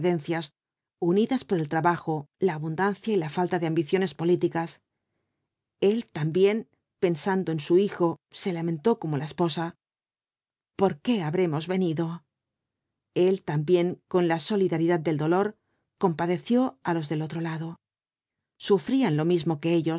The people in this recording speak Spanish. unidas por el trabajo la abundancia y la falta de ambiciones políticas el también pensando en su hijo se lamentó como la esposa por qué habremos venido el también con la solidaridad del dolor compadeció á los del otro lado sufrían lo mismo que ellos